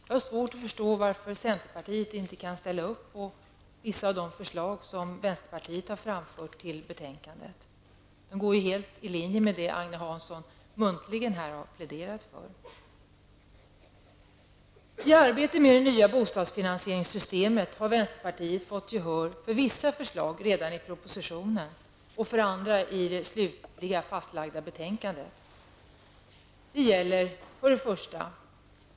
Jag har svårt att förstå varför centerpartiet inte kan ställa upp på vissa av de förslag som vänsterpartiet har fogat till betänkandet. De går helt i linje med det Agne Hansson muntligen har pläderat för. I arbetet med det nya bostadsfinansieringssystemet har vänsterpartiet fått gehör för vissa förslag redan i propositionen och för andra förslag i det slutligen fastlagda betänkandet. De gäller: 1.